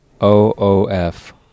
O-O-F